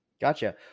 Gotcha